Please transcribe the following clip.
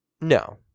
No